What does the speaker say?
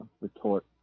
retort